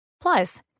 Plus